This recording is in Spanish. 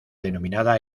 denominada